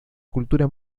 cultura